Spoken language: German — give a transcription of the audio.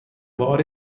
war